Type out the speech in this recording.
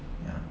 ya